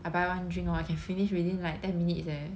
I buy one drink hor I can finish within like ten minutes leh